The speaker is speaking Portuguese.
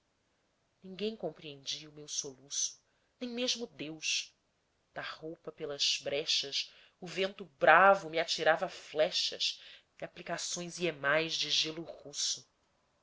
ninguém compreendia o meu soluço nem mesmo deus da roupa pelas brechas o ventobravo me atirava flechas e aplicações hiemais de gelo russo